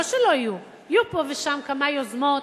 לא שלא יהיו, יהיו פה ושם כמה יוזמות,